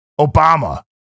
Obama